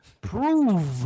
prove